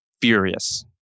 furious